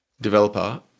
developer